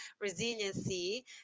resiliency